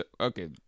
Okay